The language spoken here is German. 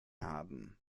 haben